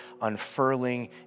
unfurling